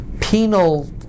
penal